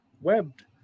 webbed